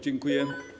Dziękuję.